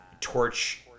torch